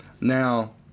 Now